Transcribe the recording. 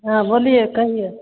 हँ बोलिए कहियौ